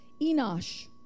Enosh